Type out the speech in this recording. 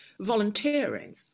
volunteering